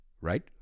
right